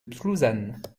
plouzane